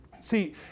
See